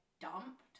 dumped